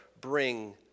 bring